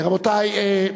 רבותי,